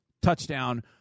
touchdown